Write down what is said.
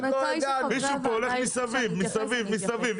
מישהו פה הולך מסביב, מסביב, מסביב.